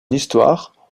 histoire